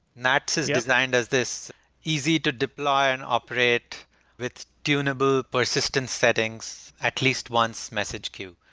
nats is designed as this easy to deploy and operate with tunable persistence settings at least once message queue.